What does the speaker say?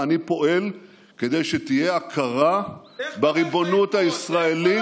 ואני פועל כדי שתהיה הכרה בריבונות הישראלית,